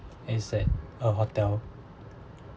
and it's at a hotel